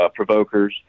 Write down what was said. provokers